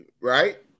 right